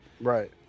right